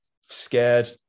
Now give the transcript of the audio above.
scared